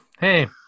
hey